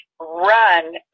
run